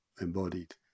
embodied